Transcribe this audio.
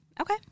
Okay